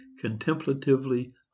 contemplatively